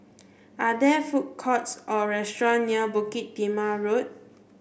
are there food courts or restaurant near Bukit Timah Road